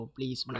Please